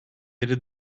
beri